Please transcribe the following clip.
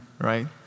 right